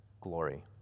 glory